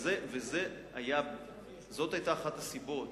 וזאת היתה אחת הסיבות